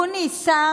הוא ניסה